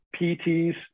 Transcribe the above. PTs